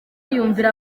yumvira